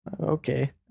okay